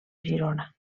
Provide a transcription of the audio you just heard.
girona